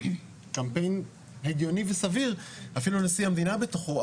קמפיין הגיוני וסביר, אפילו נשיא המדינה בתוכו.